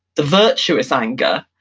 the virtuous anger,